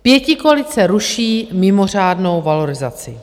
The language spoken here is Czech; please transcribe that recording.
Pětikoalice ruší mimořádnou valorizaci.